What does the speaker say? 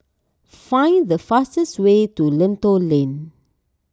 find the fastest way to Lentor Lane